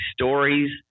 stories